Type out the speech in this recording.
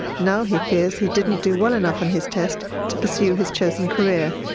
now he fears he didn't do well enough on his test to pursue his chosen career,